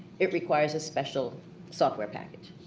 it requires a special software package.